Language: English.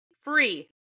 free